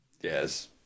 Yes